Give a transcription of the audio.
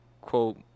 quote